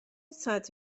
ساعت